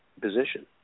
position